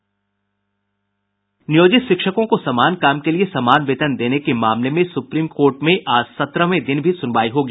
नियोजित शिक्षकों को समान काम के लिए समान वेतन देने के मामले में सुप्रीम कोर्ट में आज सत्रहवें दिन भी सुनवाई होगी